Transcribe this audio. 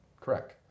Correct